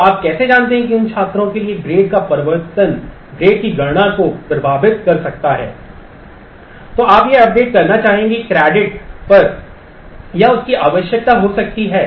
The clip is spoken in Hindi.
तो आप कैसे जानते हैं कि उन छात्रों के लिए ग्रेड का परिवर्तन क्रेडिट की गणना को प्रभावित कर सकता है